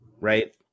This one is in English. right